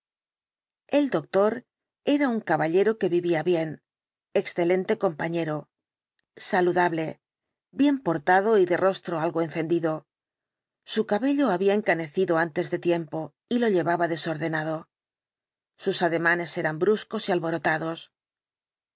el doctor era un caballero que vivía bien excelente compañero saludable bien el dr jekyll portado y de rostro algo encendido su cabello había encanecido antes de tiempo y lo llevaba desordenado sus ademanes eran bruscos y alborotados